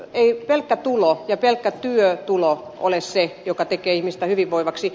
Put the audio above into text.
ei pelkkä tulo ja pelkkä työtulo ole se joka tekee ihmistä hyvinvoivaksi